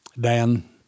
Dan